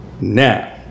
Now